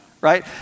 right